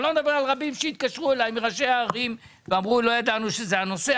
אני לא מדבר על רבים שהתקשרו אלי מראשי הערים ואמרו שלא ידעו שזה הנושא,